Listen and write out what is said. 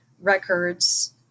Records